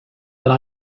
then